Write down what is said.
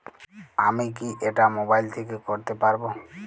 আমি কি এটা মোবাইল থেকে করতে পারবো?